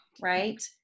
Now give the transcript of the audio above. Right